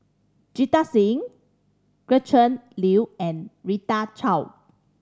Jita Singh Gretchen Liu and Rita Chao